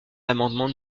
l’amendement